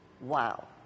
Wow